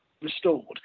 restored